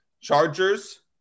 Chargers